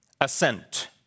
assent